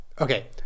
okay